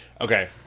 okay